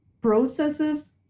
processes